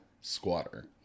squatter